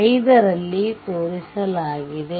5 ರಲ್ಲಿ ತೋರಿಸಲಾಗಿದೆ